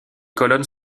colonnes